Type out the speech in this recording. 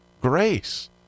grace